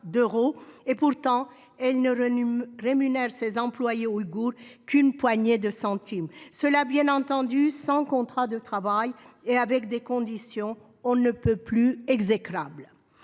d'euros. Pourtant, elle ne rémunère ses employés ouïghours qu'une poignée de centimes, cela bien entendu sans contrat de travail et dans des conditions on ne peut plus exécrables.